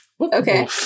Okay